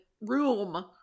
room